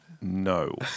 No